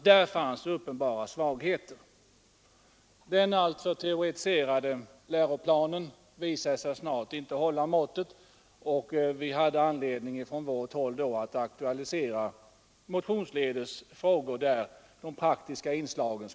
Den alltför teoretiskt inriktade läroplanen visade sig snart inte hålla måttet, och vi hade då anledning att motionsledes aktualisera förslag om större utrymme för de praktiska inslagen.